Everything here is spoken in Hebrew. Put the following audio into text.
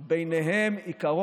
נגד,